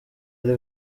ari